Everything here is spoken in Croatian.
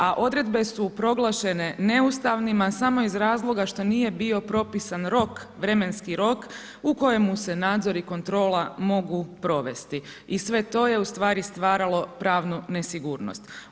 A odredbe su proglašene neustavnima samo iz razloga što nije bio propisan vremenski rok u kojima se nadzori i kontrola mogu provesti i sve to je ustvari stvaralo pravnu nesigurnost.